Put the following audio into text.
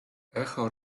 echo